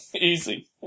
Easy